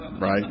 right